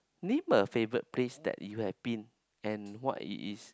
name a favourite that you have place and what it is